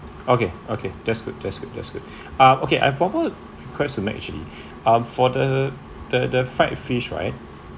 okay okay that's good that's good that's good um okay I have one more request to make actually um for the the the fried fish right